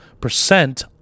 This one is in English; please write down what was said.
percent